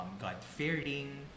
god-fearing